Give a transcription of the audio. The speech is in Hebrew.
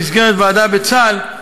במסגרת ועדה בצה"ל,